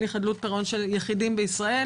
הליך חדלות פירעון של יחידים בישראל,